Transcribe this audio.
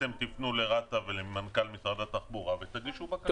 אתם תפנו לרת"א ולמנכ"ל משרד התחבורה ותגישו בקשה.